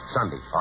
Sunday